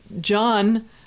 John